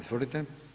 Izvolite.